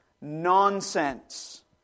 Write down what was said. nonsense